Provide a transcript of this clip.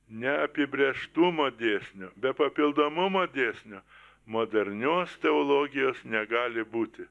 neapibrėžtumo dėsnių be papildomumo dėsnio modernios teologijos negali būti